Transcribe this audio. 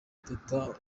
teta